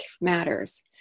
matters